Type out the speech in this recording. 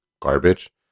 garbage